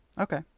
Okay